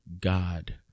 God